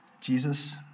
Jesus